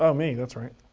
oh me, that's right.